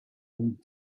old